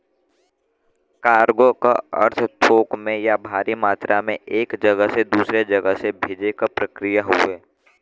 cargo क अर्थ थोक में या भारी मात्रा में एक जगह से दूसरे जगह से भेजे क प्रक्रिया हउवे